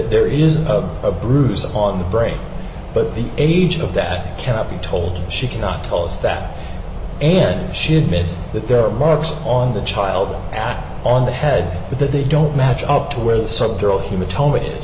there is a bruise on the brain but the age of that cannot be told she cannot tell us that and she admits that there are marks on the child back on the head but that they don't match up to where the subdural hemato